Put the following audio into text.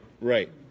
Right